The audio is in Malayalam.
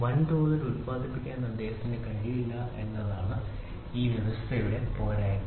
വൻതോതിൽ ഉൽപാദിപ്പിക്കാൻ അദ്ദേഹത്തിന് കഴിഞ്ഞില്ല എന്നതാണ് ഈ വ്യവസ്ഥയുടെ പോരായ്മ